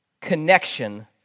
connection